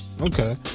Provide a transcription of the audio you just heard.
okay